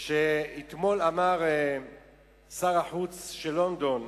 שאמר אתמול שר החוץ של לונדון.